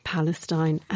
Palestine